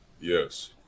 Yes